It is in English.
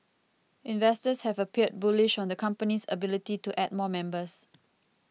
investors have appeared bullish on the company's ability to add more members